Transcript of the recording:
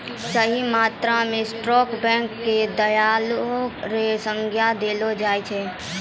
सही मायना म स्टॉक ब्रोकर क दलाल र संज्ञा देलो जाय छै